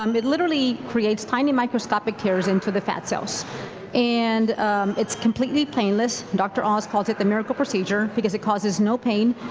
um it literally creates tiny microscopic tears into the fat cells and it's complete painless. dr. oz calls it the miracle procedure because it causes no pain,